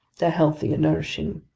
they're healthy and nourishing.